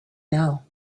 know